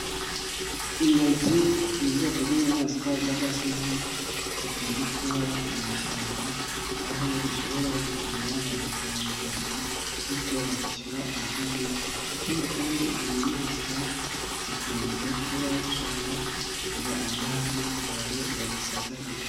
Ingagi ni ubwoko bw'inyamaswa z'agasozi, zikunze kuba mu mashyamba, aho zishobora gukurura ba mukerarugendo, bityo bakishyura amadovize, ikindi kandi izi nyamaswa zikunze kuba zishobora kugira amahane ku bantu bazisagariye.